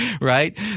right